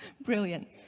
Brilliant